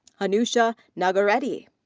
hanoosha nagireddy.